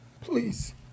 please